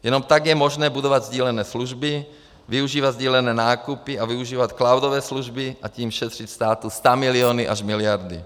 Jenom tak je možné budovat sdílené služby, využívat sdílené nákupy a využívat cloudové služby, a tím šetřit státu stamiliony až miliardy.